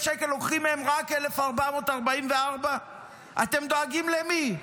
שקל לוקחים מהם רק 1,444. אתם דואגים למי?